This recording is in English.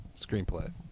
screenplay